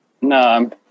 No